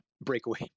breakaway